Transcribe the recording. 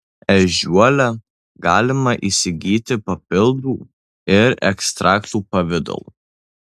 ežiuolę galima įsigyti papildų ir ekstraktų pavidalu